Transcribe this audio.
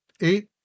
eight